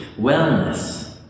wellness